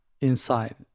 inside